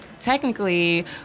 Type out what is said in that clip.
technically